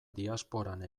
diasporan